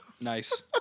Nice